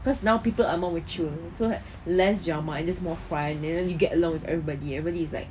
cause now people are more mature so like less drama and just small fun and then you get along with everybody everybody is like